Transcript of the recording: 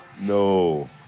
No